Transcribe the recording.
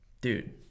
Dude